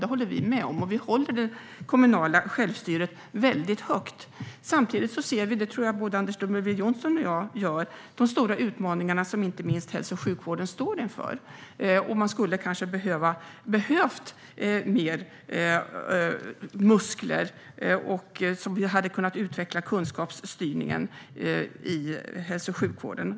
Det håller vi med om, och vi håller det kommunala självstyret väldigt högt. Samtidigt ser vi - det tror jag att både Anders W Jonsson och jag gör - de stora utmaningar som inte minst hälso och sjukvården står inför. Man skulle kanske ha behövt mer muskler så att man hade kunnat utveckla kunskapsstyrningen i hälso och sjukvården.